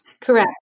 Correct